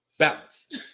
Balance